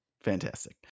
Fantastic